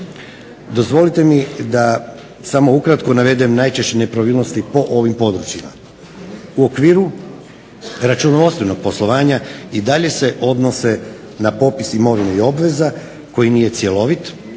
Dozvolite mi da samo ukratko navedem najčešće nepravilnosti po ovim područjima. U okviru računovodstvenog poslovanja i dalje se odnose na popis imovine i obveza koji nije cjelovit,